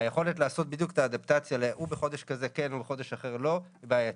היכולת לעשות את האדפטציה שבחודש כזה כן ובחודש אחר לא זה בעייתי.